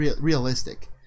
realistic